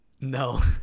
No